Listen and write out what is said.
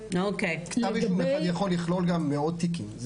כתב אישום אחד יכול לכלול גם מאות תיקים.